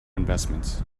investments